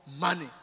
money